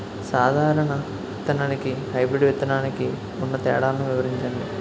సాధారణ విత్తననికి, హైబ్రిడ్ విత్తనానికి ఉన్న తేడాలను వివరించండి?